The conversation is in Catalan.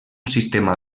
sistema